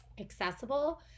accessible